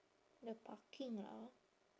the parking lah